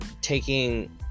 taking